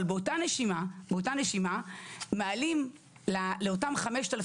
אבל באותה הנשימה מעלים לאותם 5,000,